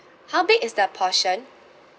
how big is the portion